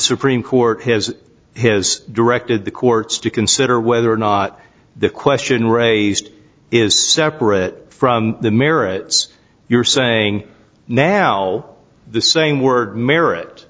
supreme court has has directed the courts to consider whether or not the question raised is separate from the merits you're saying now the same word merit